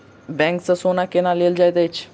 bank सँ सोना केना लेल जाइत अछि